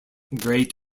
great